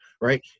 right